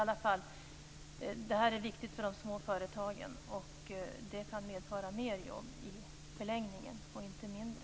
Detta förslag är viktigt för småföretagen, och det kan leda till fler arbetstillfällen i förlängningen och inte färre.